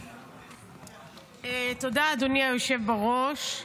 תודה, אדוני היושב בראש.